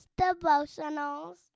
devotionals